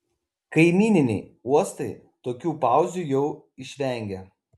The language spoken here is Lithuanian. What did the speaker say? kaimyniniai uostai tokių pauzių jau išvengia